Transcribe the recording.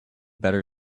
better